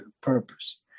purpose